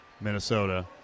Minnesota